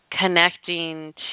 Connecting